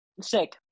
Sick